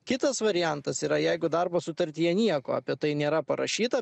kitas variantas yra jeigu darbo sutartyje nieko apie tai nėra parašyta